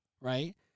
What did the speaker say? right